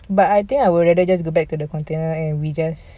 but I think I would rather just go back to the container and we just